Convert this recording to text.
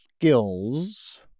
skills